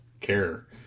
care